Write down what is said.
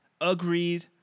agreed